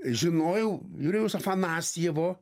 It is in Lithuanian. žinojau jurijaus afanasjevo